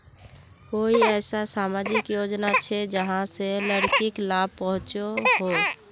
कोई ऐसा सामाजिक योजना छे जाहां से लड़किक लाभ पहुँचो हो?